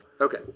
Okay